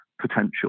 potential